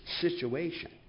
situation